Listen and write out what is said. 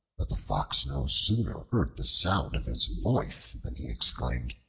but the fox no sooner heard the sound of his voice than he exclaimed,